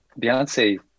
Beyonce